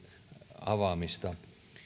avaamista